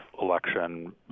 election